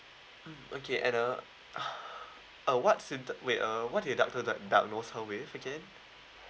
okay and uh uh what is wait uh was it again